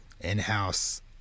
in-house